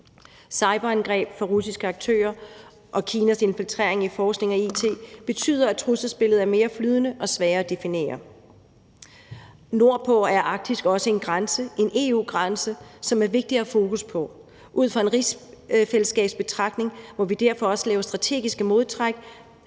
Cyberangreb fra russiske aktører og Kinas infiltrering i forskning og it betyder, at trusselsbilledet er mere flydende og sværere at definere. Kl. 11:42 Nordpå er Arktis også en EU-grænse, som er vigtig at have fokus på. Ud fra en rigsfællesskabsbetragtning må vi derfor også lave strategiske modtræk